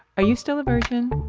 are you still a virgin?